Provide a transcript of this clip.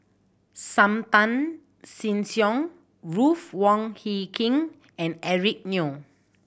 Sam Tan Chin Siong Ruth Wong Hie King and Eric Neo